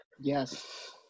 Yes